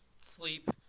sleep